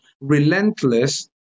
relentless